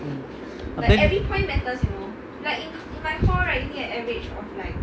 but then